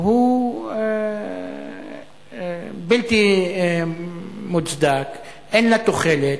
הוא בלתי מוצדק, אין לו תוחלת,